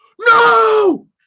no